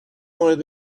مورد